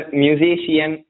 musician